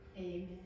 Amen